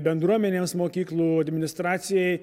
bendruomenėms mokyklų administracijai